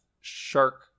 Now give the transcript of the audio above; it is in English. shark